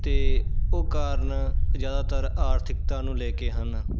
ਅਤੇ ਉਹ ਕਾਰਨ ਜਿਆਦਾਤਰ ਆਰਥਿਕਤਾ ਨੂੰ ਲੈ ਕੇ ਹਨ